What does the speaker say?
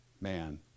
man